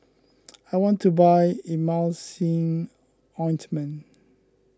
I want to buy Emulsying Ointment